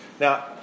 Now